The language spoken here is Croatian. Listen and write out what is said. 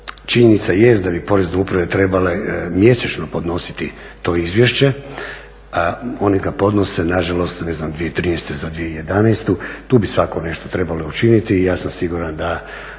Činjenica jest da bi porezne uprave trebale mjesečno podnositi to izvješće, oni ga podnose nažalost, ne znam 2013. za 2011. Tu bi svakako nešto trebalo učiniti i ja sam siguran da